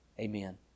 Amen